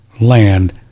land